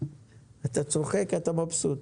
אתה צוחק, אתה מבסוט.